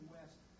West